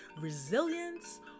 resilience